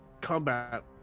combat